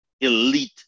elite